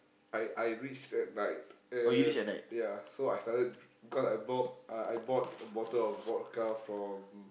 I I reached at night and ya so I started cause I bought uh I bought a bottle of vodka from